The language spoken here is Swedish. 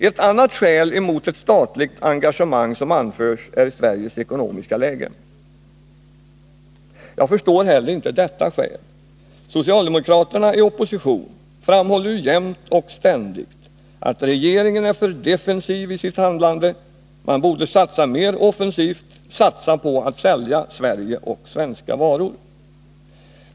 Ett annat skäl som anförs mot ett statligt engagemang är Sveriges ekonomiska läge. Jag förstår inte heller detta skäl. Socialdemokraterna i opposition framhåller ju jämt och ständigt att regeringen är för defensiv i sitt handlande, att man borde satsa mer offensivt, satsa på att sälja Sverige och svenska varor.